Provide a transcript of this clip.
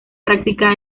práctica